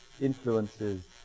influences